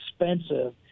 expensive